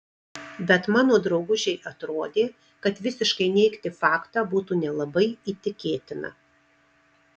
bet mano draugužei atrodė kad visiškai neigti faktą būtų nelabai įtikėtina